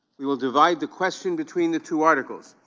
we will divide the question between the two articles.